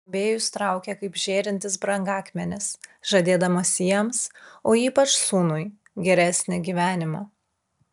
bombėjus traukia kaip žėrintis brangakmenis žadėdamas jiems o ypač sūnui geresnį gyvenimą